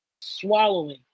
swallowing